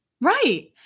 Right